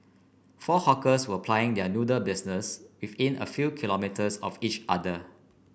four hawkers were plying their noodle business within a few kilometres of each other